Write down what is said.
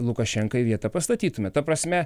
lukašenkai vietą pastatytumėme ta prasme